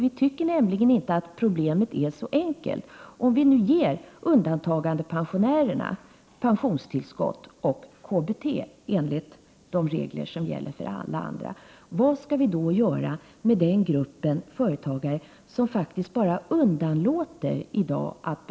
Vi tycker nämligen inte att problemet är så enkelt. Om vi ger undantagandepensionärerna pensionstillskott och KBT enligt de regler som gäller för alla andra, vad skall vi då göra med den grupp företagare som i dag faktiskt underlåter att betala sin ATP-avgift? Skall vi — Prot.